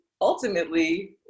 ultimately